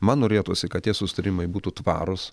man norėtųsi kad tie susitarimai būtų tvarūs